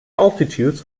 altitudes